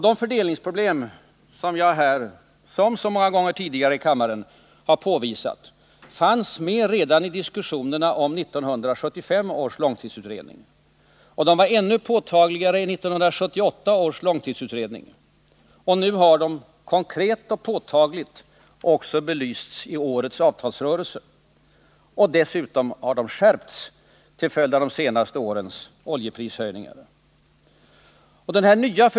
De fördelningsproblem jag här, som så många gånger tidigare i kammaren, har påvisat fanns med redan i diskussionerna om 1975 års långtidsutredning. Det var ännu påtagligare i 1978 års långtidsutredning. Nu har det konkret och påtagligt också belysts i årets avtalsrörelse. Och dessutom har de skärpts till följd av det senaste årets oljeprisökningar.